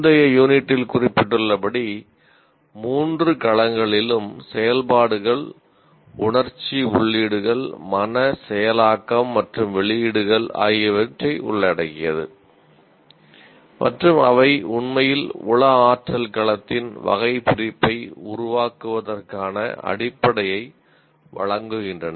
முந்தைய யூனிட்டில் குறிப்பிட்டுள்ளபடி மூன்று களங்களிலும் செயல்பாடுகள் உணர்ச்சி உள்ளீடுகள் மன செயலாக்கம் மற்றும் வெளியீடுகள் ஆகியவற்றை உள்ளடக்கியது மற்றும் அவை உண்மையில் உள ஆற்றல் களத்தின் வகைபிரிப்பை உருவாக்குவதற்கான அடிப்படையை வழங்குகின்றன